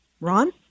Ron